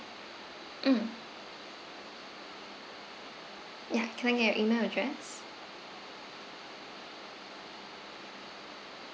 mm ya can I get your email address